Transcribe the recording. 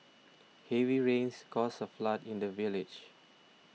heavy rains caused a flood in the village